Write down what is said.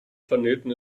planeten